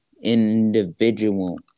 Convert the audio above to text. individual